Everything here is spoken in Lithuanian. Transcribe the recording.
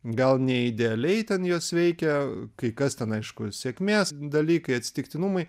gal ne idealiai ten jos veikia kai kas ten aišku sėkmės dalykai atsitiktinumai